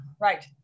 Right